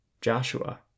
Joshua